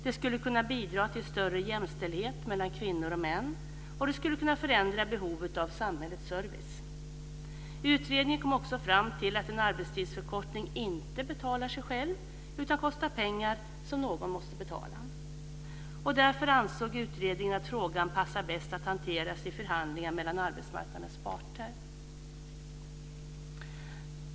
Det skulle kunna bidra till större jämställdhet mellan kvinnor och män. Och det skulle kunna förändra behovet av samhällets service. Utredningen kom också fram till att en arbetstidsförkortning inte betalar sig själv utan kostar pengar som någon måste betala. Därför ansåg utredningen att frågan passar bäst att hanteras i förhandlingar mellan arbetsmarknadens parter.